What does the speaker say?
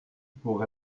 pour